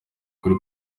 kuri